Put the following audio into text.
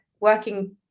working